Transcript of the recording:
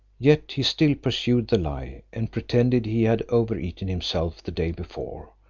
yet he still pursued the lie, and pretended he had over-eaten himself the day before,